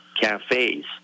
cafes